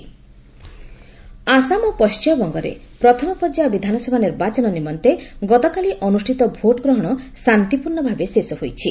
first phase election Assam ଓ ପଶ୍ଚିମବଙ୍ଗରେ ପ୍ରଥମ ପର୍ଯ୍ୟାୟ ବିଧାନସଭା ନିର୍ବାଚନ ନିମନ୍ତେ ଗତକାଲି ଅନୁଷ୍ଠିତ ଭୋଟଗ୍ହଣ ଶାନ୍ତିପୂର୍ଣ୍ଣଭାବେ ଶେଷ ହୋଇଛି